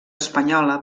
espanyola